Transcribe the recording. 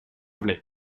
velay